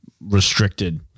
restricted